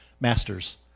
master's